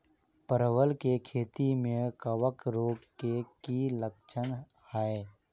परवल केँ खेती मे कवक रोग केँ की लक्षण हाय?